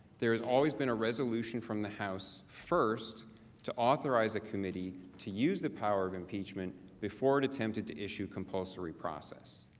there has always been a resolution from the house first to authorize a committee to use the power of impeachment before attempting to issue the compulsory process.